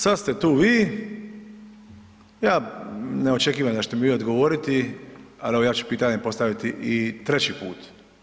Sada ste tu vi, ja ne očekujem da ćete mi vi odgovoriti, ali evo ja ću pitanje postaviti i treći put.